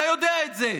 אתה יודע את זה.